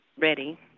ready